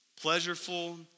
pleasureful